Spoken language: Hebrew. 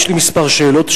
יש לי כמה שאלות.